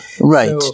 right